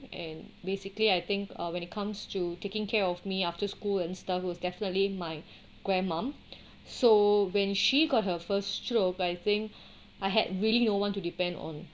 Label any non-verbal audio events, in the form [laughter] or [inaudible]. and basically I think uh when it comes to taking care of me after school and stuff were definitely my grandma [breath] so when she got her first stroke by I think I had really no one to depend on